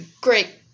great